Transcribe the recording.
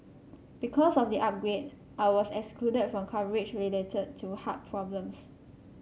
because of the upgrade I was excluded from coverage related to heart problems